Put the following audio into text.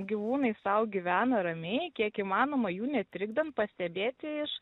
gyvūnai sau gyvena ramiai kiek įmanoma jų netrikdant pastebėti iš